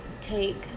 take